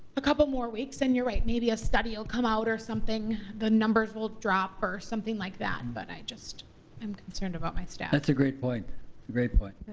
a couple more weeks. and you're right maybe a study will come out or something, the numbers will drop, or something like that. and but i just i'm concerned about my staff. that's a great point, a great point.